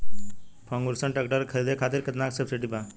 Ferguson tractor के खरीद करे खातिर केतना सब्सिडी बा?